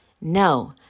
No